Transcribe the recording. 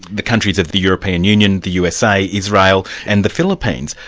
the countries of the european union, the usa, israel and the philippines,